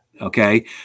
okay